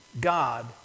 God